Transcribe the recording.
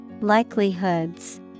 Likelihoods